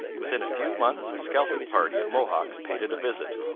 within a few months a scalping party of mohawks paid it a visit,